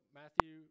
matthew